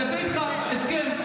אני אעשה איתך הסכם.